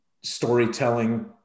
storytelling